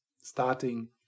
starting